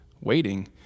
waiting